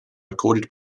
recorded